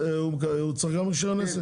צריך רישיון עסק?